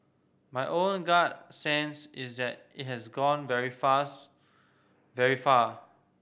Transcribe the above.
my own gut sense is that it has gone very fast very far